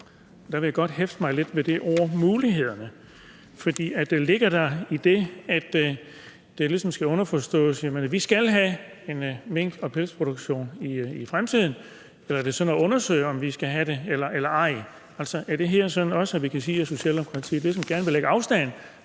der vil jeg godt hæfte mig lidt ved ordet mulighederne. For ligger der i det, at det ligesom er underforstået, at vi skal have en mink- og pelsproduktion i fremtiden, eller er det sådan noget med at undersøge, om vi skal have det eller ej? Altså: Er det også sådan her, at vi kan sige, at Socialdemokratiet ligesom gerne vil lægge afstand